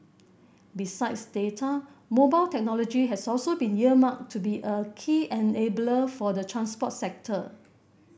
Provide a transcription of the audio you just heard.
besides data mobile technology has also been earmarked to be a key enabler for the transport sector